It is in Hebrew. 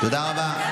תודה רבה.